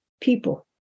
People